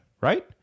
Right